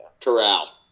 Corral